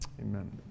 Amen